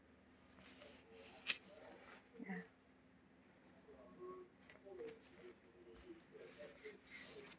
ya